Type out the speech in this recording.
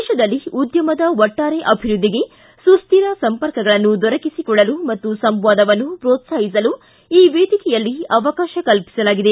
ದೇಶದಲ್ಲಿ ಉದ್ಯಮದ ಒಟ್ಟಾರೆ ಅಭಿವೃದ್ದಿಗೆ ಸುಶ್ರಿರ ಸಂಪರ್ಕಗಳನ್ನು ದೊರಕಿಸಿಕೊಡಲು ಮತ್ತು ಸಂವಾದವನ್ನು ಪೋತ್ಲಾಹಿಸಲು ಈ ವೇದಿಕೆಯಲ್ಲಿ ಅವಕಾಶ ಕಲ್ಪಿಸಲಾಗಿದೆ